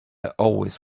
always